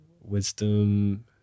wisdom